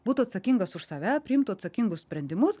būtų atsakingas už save priimtų atsakingus sprendimus